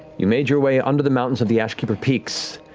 you made your way onto the mountains of the ashkeeper peaks,